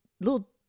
little